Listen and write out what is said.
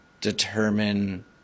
determine